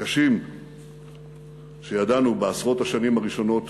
הקשים שידענו בעשרות השנים הראשונות